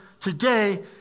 today